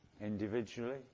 individually